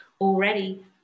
already